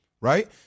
right